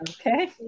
Okay